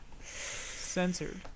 Censored